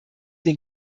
den